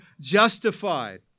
justified